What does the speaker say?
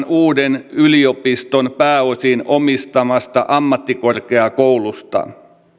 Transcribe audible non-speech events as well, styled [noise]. [unintelligible] uuden yliopiston pääosin omistamasta ammattikorkeakoulusta